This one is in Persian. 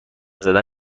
زدن